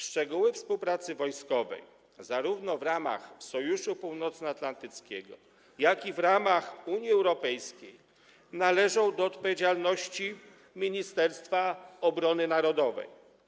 Szczegóły współpracy wojskowej zarówno w ramach Sojuszu Północnoatlantyckiego, jak i w ramach Unii Europejskiej należą do odpowiedzialności Ministerstwa Obrony Narodowej.